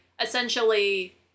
essentially